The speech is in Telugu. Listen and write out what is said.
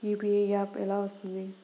యూ.పీ.ఐ యాప్ ఎలా వస్తుంది?